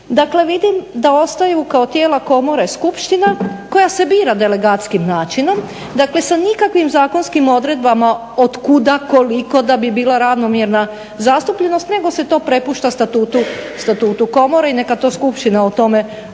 vidim da ostaju kao tijela Komore Skupština koja se bira delegatskim načinom, dakle sa nikakvim zakonskim odredbama od kuda, koliko da bi bila ravnomjerna zastupljenost nego se to prepušta Statutu Komore i neka to Skupština o tome odlučuje.